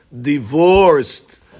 divorced